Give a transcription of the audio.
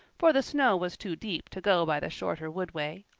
for the snow was too deep to go by the shorter wood way.